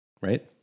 Right